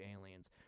aliens